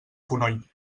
fonoll